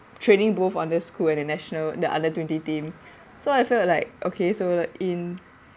training both on the school and the national the under-twenty team so I felt like okay so in